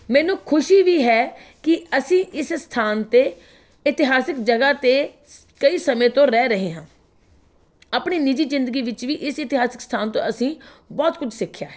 ਮੈਨੂੰ ਖ਼ੁਸ਼ੀ ਵੀ ਹੈ ਕਿ ਅਸੀਂ ਇਸ ਅਸਥਾਨ 'ਤੇ ਇਤਿਹਾਸਿਕ ਜਗ੍ਹਾ 'ਤੇ ਕਈ ਸਮੇਂ ਤੋਂ ਰਹਿ ਰਹੇ ਹਾਂ ਆਪਣੀ ਨਿੱਜੀ ਜ਼ਿੰਦਗੀ ਵਿੱਚ ਵੀ ਇਸ ਇਤਿਹਾਸਿਕ ਸਥਾਨ ਤੋਂ ਅਸੀਂ ਬਹੁਤ ਕੁਝ ਸਿੱਖਿਆ ਹੈ